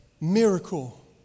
miracle